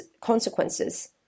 consequences